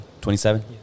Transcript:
27